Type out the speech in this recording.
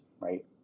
Right